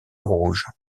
rouge